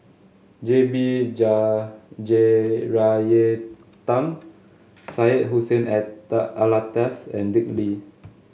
J B Jeyaretnam Syed Hussein Alatas and Dick Lee